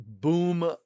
boom